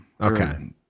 Okay